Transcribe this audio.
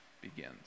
begins